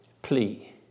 plea